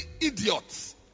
idiots